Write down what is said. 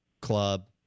club